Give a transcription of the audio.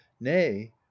nay